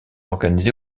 organisé